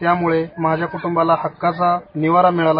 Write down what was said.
त्यामुळे माझ्या कुटूंबाला हक्काचा निवारा मिळाला